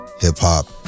hip-hop